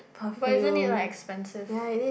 but isn't it like expensive